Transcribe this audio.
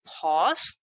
pause